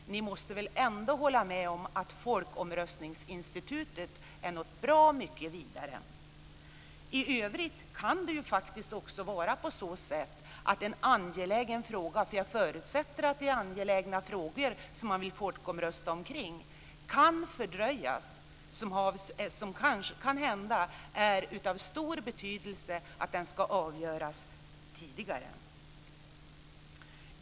Ni måste väl ändå hålla med om att folkomröstningsinstitutet är något bra mycket vidare. I övrigt kan ju faktiskt en angelägen fråga - jag förutsätter att det är angelägna frågor som man vill folkomrösta om - fördröjas som det kanhända är av stor betydelse att den avgörs tidigare.